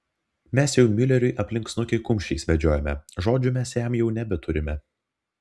mes jau miuleriui aplink snukį kumščiais vedžiojame žodžių mes jam jau nebeturime